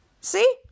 See